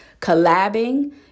collabing